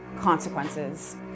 consequences